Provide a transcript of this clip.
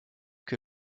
que